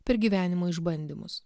per gyvenimo išbandymus